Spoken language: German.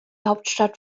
hauptstadt